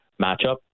matchup